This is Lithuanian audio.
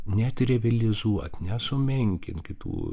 net trivilizuot nesumenkint kitų